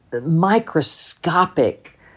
microscopic